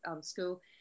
school